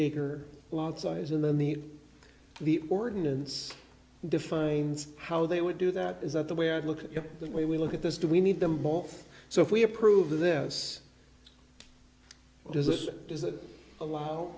acre lot size and then the the ordinance defines how they would do that is that the way i look at the way we look at this do we need them all so if we approve this does it does that allow